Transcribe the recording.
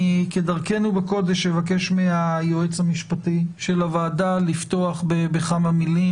כדרכנו בקודש אני אבקש מהיועץ המשפטי של הוועדה לפתוח בכמה מלים